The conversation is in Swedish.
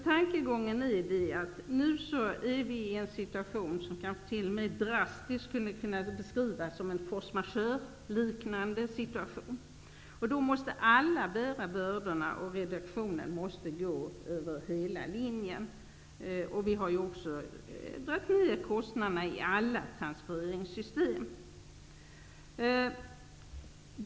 Tanken är den att vi nu är i en situation som kanske t.o.m. drastiskt skulle kunna beskrivas som force majeure-liknande. Då måste alla bära bördorna, och reduktionen måste ske över hela linjen. Vi har också dragit ner kostnaderna i alla transfereringssystem.